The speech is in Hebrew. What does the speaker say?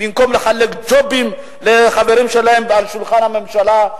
במקום לחלק ג'ובים לחברים שלהם על שולחן הממשלה,